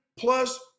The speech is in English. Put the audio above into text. plus